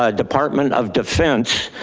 ah department of defense.